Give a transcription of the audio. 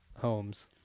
homes